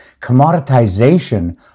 commoditization